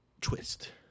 Twist